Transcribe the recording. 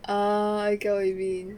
ah I get what you mean